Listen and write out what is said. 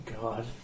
God